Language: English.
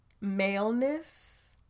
Maleness